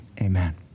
amen